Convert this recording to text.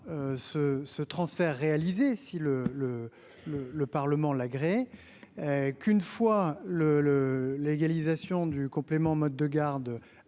ce transfert réalisé si le le le le Parlement l'gré qu'une fois le le l'égalisation du complément mode de garde